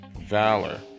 valor